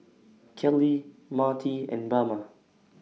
Kellie Marty and Bama